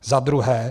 Za druhé.